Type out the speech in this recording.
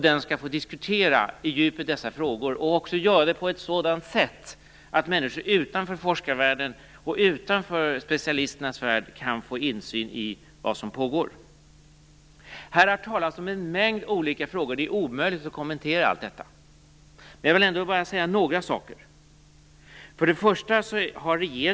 Den skall få diskutera dessa frågor på djupet, och den skall få göra det på ett sådant sätt att människor utanför forskarvärlden och utanför specialisternas värld kan få insyn i vad som pågår. Här har talats om en mängd olika frågor. Det är omöjligt att kommentera allt detta. Jag vill ändå säga några saker.